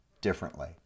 differently